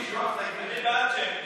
מי בעד?